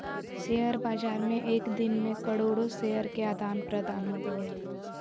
share बाज़ार में एक दिन मे करोड़ो शेयर के आदान प्रदान होबो हइ